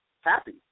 happy